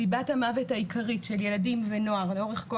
סיבת המוות העיקרית של ילדים ונוער לאורך כל